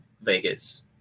Vegas